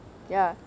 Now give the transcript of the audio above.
ya